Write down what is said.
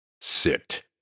Sit